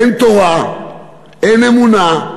אין תורה, אין אמונה,